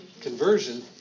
conversion